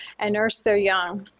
and nurse their young.